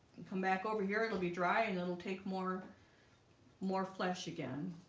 and come back over here. it'll be dry and it'll take more more flesh again